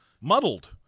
muddled